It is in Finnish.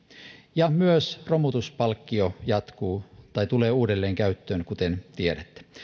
ja myös romutuspalkkio tulee uudelleen käyttöön kuten tiedätte